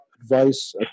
advice